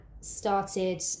started